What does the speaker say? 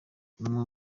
umuntu